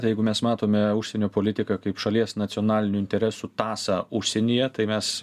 jeigu mes matome užsienio politiką kaip šalies nacionalinių interesų tąsą užsienyje tai mes